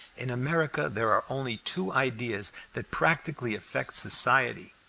in america there are only two ideas that practically affect society,